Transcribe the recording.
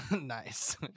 Nice